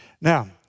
Now